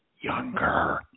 Younger